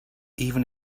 even